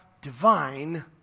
divine